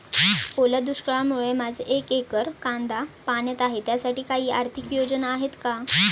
ओल्या दुष्काळामुळे माझे एक एकर कांदा पाण्यात आहे त्यासाठी काही आर्थिक योजना आहेत का?